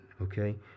okay